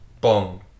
Bong